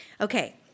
Okay